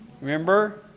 Remember